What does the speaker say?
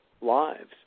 lives